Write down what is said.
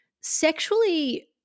sexually